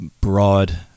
broad